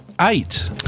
eight